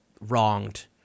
wronged